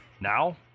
Now